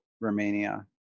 Romania